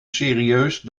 serieus